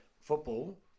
football